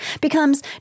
becomes